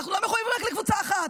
אנחנו לא מחויבים רק לקבוצה אחת.